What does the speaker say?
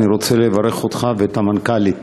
אני רוצה לברך אותך ואת המנכ"לית